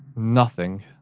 nothing.